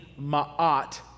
ma'at